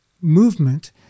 movement